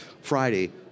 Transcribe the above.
Friday